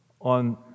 on